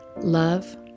Love